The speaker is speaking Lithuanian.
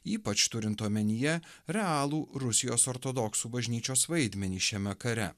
ypač turint omenyje realų rusijos ortodoksų bažnyčios vaidmenį šiame kare